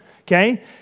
Okay